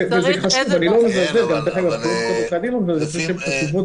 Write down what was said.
אבל --- זה אומר שהוא יודע ללמוד טוב וזה חשוב,